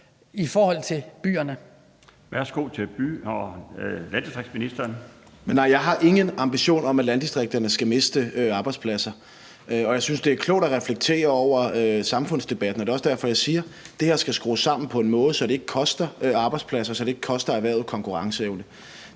Kl. 14:02 Ministeren for byer og landdistrikter (Morten Dahlin): Nej, jeg har ingen ambition om, at landdistrikterne skal miste arbejdspladser. Jeg synes, det er klogt at reflektere over samfundsdebatten, og det er også derfor, jeg siger, at det her skal skrues sammen på en måde, så det ikke koster arbejdspladser, og så det ikke koster erhvervet konkurrenceevne.